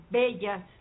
bellas